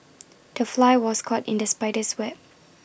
the fly was caught in the spider's web